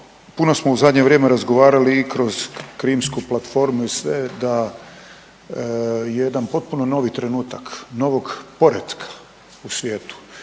puno smo u zadnje vrijeme razgovarali i kroz Krimsku platformu i sve da jedan potpuno novi trenutak novog poretka u svijetu,